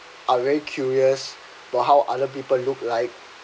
are very curious about how other people look like